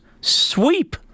sweep